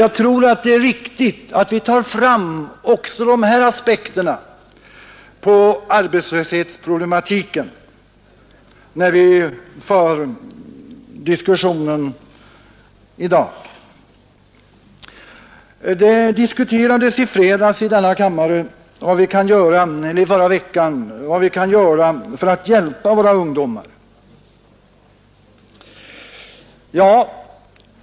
Jag tror att det är riktigt att vi tar fram också de här aspekterna på arbetslöshetsproblematiken, när vi för diskussionen i dag. Det diskuterades i denna kammare i förra veckan vad vi kan göra för att hjälpa våra ungdomar.